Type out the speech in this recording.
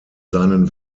seinen